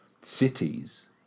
cities